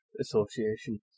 association